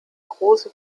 große